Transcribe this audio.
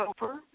over